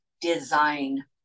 design